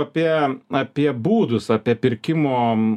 apie apie būdus apie pirkimo